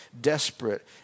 desperate